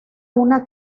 una